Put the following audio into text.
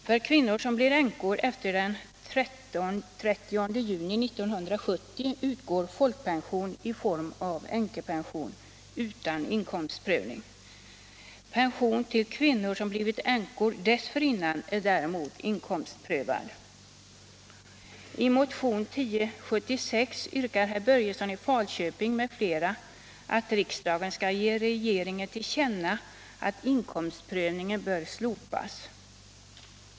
För kvinnor som blivit änkor efter den 30 juni 1960 utgår folkpension i form av änkepension utan inkomstprövning. Pension till kvinnor som blivit änkor dessförinnan är däremot inkomstprövad. I motionen 1076 yrkar herr Börjesson i Falköping m.fl. att riksdagen skall ge regeringen till känna att inkomstprövningen bör slopas.